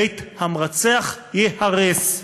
בית המרצח ייהרס.